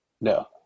no